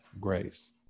grace